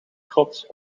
trots